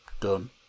done